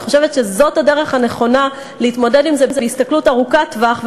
אני חושבת שזאת הדרך הנכונה להתמודד עם זה בהסתכלות ארוכת-טווח,